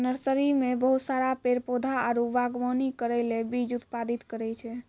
nursery मे बहुत सारा पेड़ पौधा आरु वागवानी करै ले बीज उत्पादित करै छै